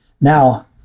Now